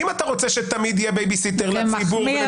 אם אתה רוצה שתמיד יהיה בייביסיטר לציבור --- אני